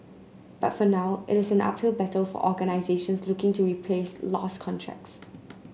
but for now it is an uphill battle for organisations looking to replace lost contracts